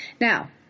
Now